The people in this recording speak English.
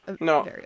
No